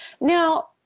Now